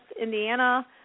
Indiana